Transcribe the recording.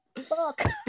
fuck